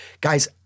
Guys